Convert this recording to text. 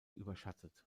überschattet